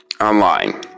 online